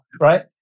Right